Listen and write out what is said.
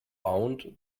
bound